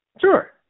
Sure